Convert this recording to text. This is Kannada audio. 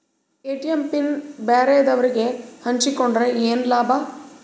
ಎ.ಟಿ.ಎಂ ಪಿನ್ ಬ್ಯಾರೆದವರಗೆ ಹಂಚಿಕೊಂಡರೆ ಏನು ಲಾಭ?